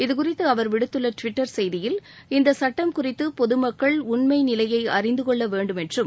இதுகுறித்து அவர் விடுத்துள்ள ட்விட்டர் செய்தியில் இந்த சுட்டம் குறித்து பொதுமக்கள் உண்மை நிலையை அறிந்து கொள்ள வேண்டும் என்றும்